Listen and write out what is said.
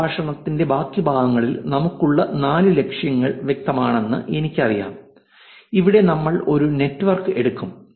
ഈ പ്രഭാഷണത്തിന്റെ ബാക്കി ഭാഗങ്ങളിൽ നമുക്കുള്ള നാല് ലക്ഷ്യങ്ങൾ വ്യക്തമാണെന്ന് എനിക്കറിയാം ഇവിടെ നമ്മൾ ഒരു നെറ്റ്വർക്ക് എടുക്കും